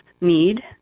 need